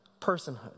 personhood